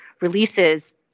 releases